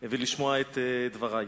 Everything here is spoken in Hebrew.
ולשמוע את דברי.